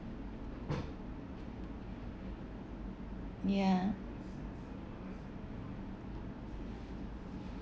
ya